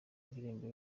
ndirimbo